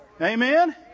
Amen